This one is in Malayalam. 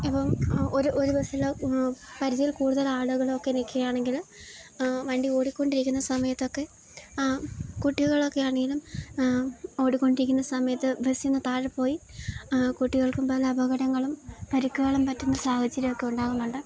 ഇപ്പം ഒരു ഒരു ബസ്സിൽ പരിചിയിൽ കൂടുതൽ ആളുകളൊക്കെ നിൽക്കുകയാണെങ്കിൽ വണ്ടി ഓടിക്കൊണ്ടിരിക്കുന്ന സമയത്തൊക്കെ കുട്ടികളൊക്കെ ആണേലും ഓടിക്കൊണ്ടിരിക്കുന്ന സമയത്ത് ബസ്സിന്ന് താഴെ പോയി കുട്ടികൾക്കും പല അപകടങ്ങളും പരിക്കുകളും പറ്റുന്ന സാഹചര്യക്കെ ഉണ്ടാകുന്നുണ്ട്